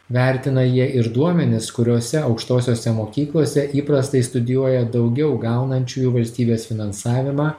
vertina jie ir duomenis kuriose aukštosiose mokyklose įprastai studijuoja daugiau gaunančiųjų valstybės finansavimą